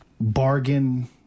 bargain